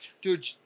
Dude